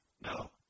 No